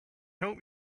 help